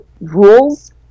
rules